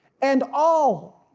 and all,